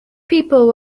people